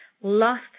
lost